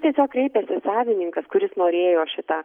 tiesiog kreipėsi savininkas kuris norėjo šitą